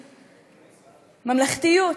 ממלכתיות,